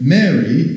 Mary